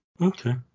okay